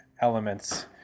elements